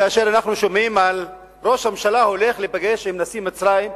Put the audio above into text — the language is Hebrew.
כאשר אנחנו שומעים שראש הממשלה הולך לפגוש את נשיא מצרים,